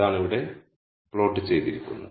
അതാണിവിടെ plot ചെയ്തിരിക്കുന്നത്